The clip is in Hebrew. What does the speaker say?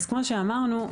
כמו שאמרנו,